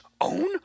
own